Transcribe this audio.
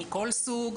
מכל סוג,